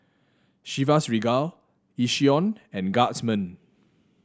Chivas Regal Yishion and Guardsman